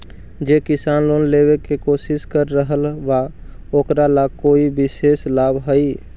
जे किसान लोन लेवे के कोशिश कर रहल बा ओकरा ला कोई विशेष लाभ हई?